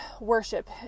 worship